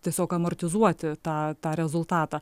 tiesiog amortizuoti tą tą rezultatą